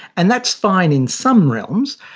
and that's fine in some realms,